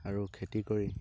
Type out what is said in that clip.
আৰু খেতি কৰি